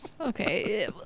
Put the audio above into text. Okay